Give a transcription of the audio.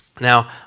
Now